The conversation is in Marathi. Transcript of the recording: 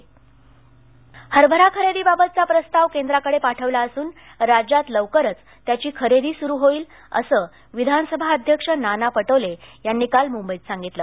तर खरेदी केंद्र हरभरा खरेदीबाबतचा प्रस्ताव केंद्राकडे पाठविला असून राज्यात लवकरच त्याची खरेदी सुरु होईल असं विधानसभा अध्यक्ष नाना पटोले यांनी काल मुंबईत सांगितलं